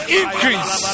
increase